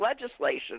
legislation